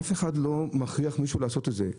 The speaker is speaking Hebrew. אף אחד לא מכריח מישהו לעשות את זה.